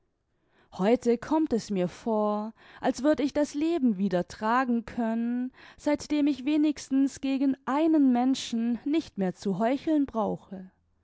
heute kommt es mir vor als würd ich das leben wieder tragen können seitdem ich wenigstens gegen einen menschen nicht mehr zu heucheln brauche